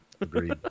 Agreed